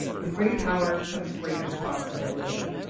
with great power comes great responsibility.